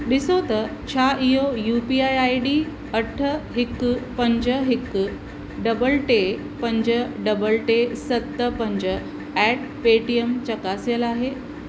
ॾिसो त छा इहो U P I I D अठ हिकु पंज हिकु डबल टे पंज डबल टे सत पंज ऐट पेटीऐम चकासियल आहे